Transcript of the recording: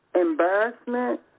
embarrassment